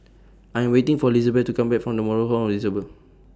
I Am waiting For Lizabeth to Come Back from The Moral Home Disabled